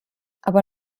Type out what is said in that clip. aber